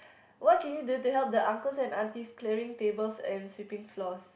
what can you do to help the uncles and aunties clearing tables and sweeping floors